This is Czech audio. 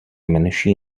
menší